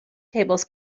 tables